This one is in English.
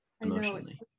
emotionally